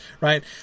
right